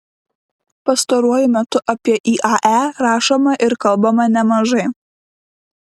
pastaruoju metu apie iae rašoma ir kalbama nemažai